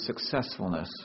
successfulness